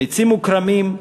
עצים וכרמים,